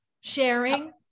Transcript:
sharing